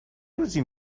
روزی